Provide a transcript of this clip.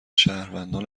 شهروندان